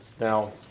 Now